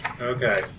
Okay